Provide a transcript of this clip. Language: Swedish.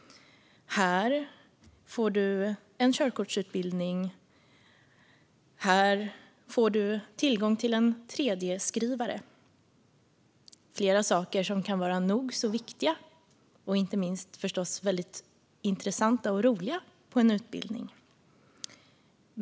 Här får du en körkortsutbildning. Här får du tillgång till en 3D-skrivare. Det är flera saker som kan vara nog så viktiga och inte minst intressanta och roliga på en utbildning.